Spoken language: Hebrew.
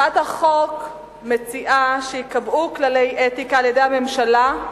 הצעת החוק מציעה שייקבעו כללי אתיקה על-ידי הממשלה,